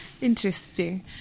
Interesting